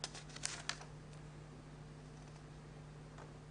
אנחנו צריכים להפסיק את החינוך בתאריכים הקבועים שלו,